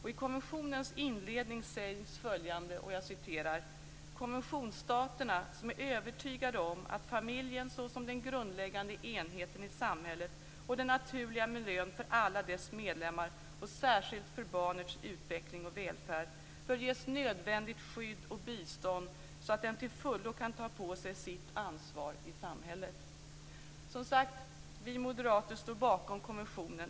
I konventionens inledning sägs följande: "Konventionsstaterna, som är övertygade om att familjen, såsom den grundläggande enheten i samhället och den naturliga miljön för alla dess medlemmar och särskilt för barnets utveckling och välfärd, bör ges nödvändigt skydd och bistånd så att den till fullo kan ta på sig sitt ansvar i samhället." Som jag redan har sagt, vi moderater står bakom konventionen.